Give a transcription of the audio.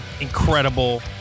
Incredible